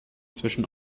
zwischen